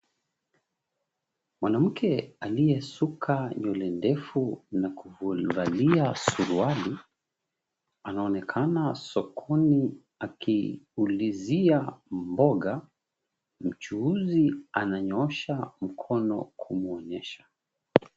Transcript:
Mwanamke aliyesuka nywele ndefu na kuvalia suruali, anaonekana sokoni akiulizia mboga, mchuuzi ananyosha mkono kumwonyesha.